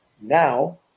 now